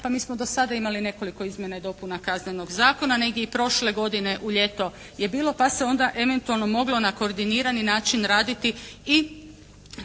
pa mi smo do sada imali nekoliko izmjena dopuna Kaznenog zakona, negdje i prošle godine u ljeto je bilo pa se onda eventualno moglo na koordinirani način raditi i